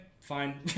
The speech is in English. fine